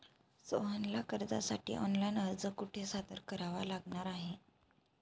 सोहनला कर्जासाठी ऑनलाइन अर्ज कुठे सादर करावा लागणार आहे?